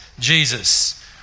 Jesus